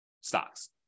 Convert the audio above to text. stocks